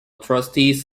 trustees